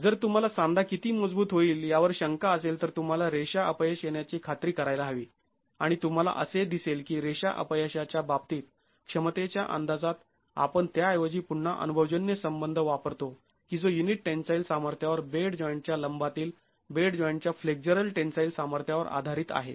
तर जर तुम्हाला सांधा किती मजबूत होईल यावर शंका असेल तर तुंम्हाला रेषा अपयश येण्याची खात्री करायला हवी आणि तुम्हाला असे दिसेल की रेषा अपयशाच्या बाबतीत क्षमतेच्या अंदाजात आपण त्या ऐवजी पुन्हा अनुभवजन्य संबंध वापरतो की जो युनिट टेन्साईल सामर्थ्यावर बेड जॉईंटच्या लंबातील बेड जॉईंटच्या फ्लेक्झरल टेन्साईल सामर्थ्यावर आधारित आहे